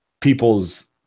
people's